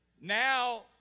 Now